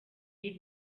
kid